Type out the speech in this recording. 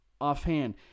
offhand